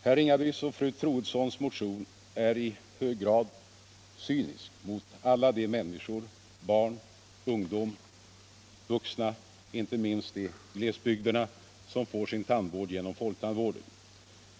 Herr Ringabys och fru Troedssons motion är i hög grad cynisk mot alla de människor — barn, ungdom och vuxna — inte minst i glesbygderna, som får sin tandvård genom folktandvården.